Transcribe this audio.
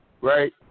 right